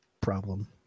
problem